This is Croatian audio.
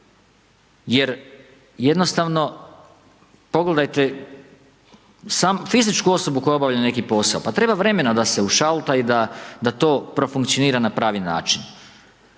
jer jednostavno pogledajte fizičku osobu koja obavlja neki posao, pa treba vremena da se ušalta i da to profunkcionira na pravi način.